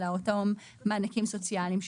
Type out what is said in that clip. אלא אותם מענקים סוציאליים שחולקו,